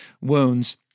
wounds